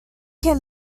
can